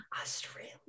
australia